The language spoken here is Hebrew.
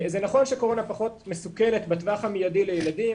זה נכון שקורונה פחות מסוכנת בטווח המיידי לילדים,